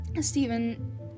stephen